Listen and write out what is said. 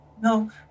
No